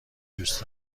دوست